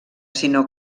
sinó